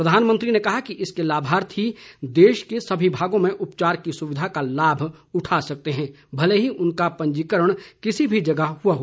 प्रधानमंत्री ने कहा कि इसके लाभार्थी देश के सभी भागों में उपचार की सुविधा का लाभ उठा सकते हैं भले ही उनका पंजीकरण किसी भी जगह हुआ हो